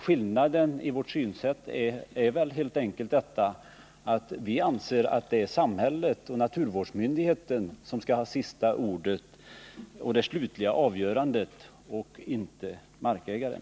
Skillnaden i vårt synsätt gentemot de borgerliga partiernas är att vi reservanter anser att det är samhället som genom naturvårdsmyndigheten skall ha det slutliga avgörandet och inte markägaren.